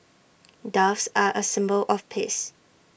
doves are A symbol of peace